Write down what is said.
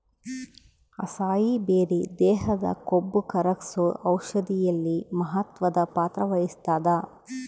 acai berry ದೇಹದ ಕೊಬ್ಬುಕರಗ್ಸೋ ಔಷಧಿಯಲ್ಲಿ ಮಹತ್ವದ ಪಾತ್ರ ವಹಿಸ್ತಾದ